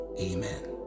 Amen